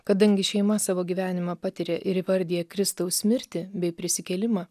kadangi šeima savo gyvenimą patiria ir įvardija kristaus mirtį bei prisikėlimą